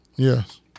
Yes